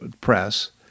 press